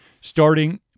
starting